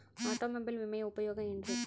Automobile ವಿಮೆಯ ಉಪಯೋಗ ಏನ್ರೀ?